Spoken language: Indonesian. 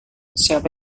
siapa